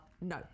No